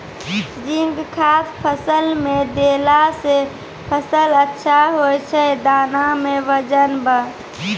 zinc खाद फ़सल मे देला से फ़सल अच्छा होय छै दाना मे वजन ब